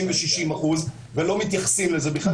50 ו-60 אחוז ולא מתייחסים לזה בכלל